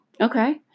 Okay